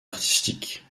artistique